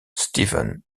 steven